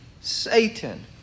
Satan